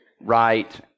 right